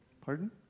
Pardon